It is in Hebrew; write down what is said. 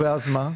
ואז מה?